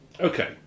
Okay